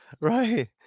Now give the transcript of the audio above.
Right